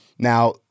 Now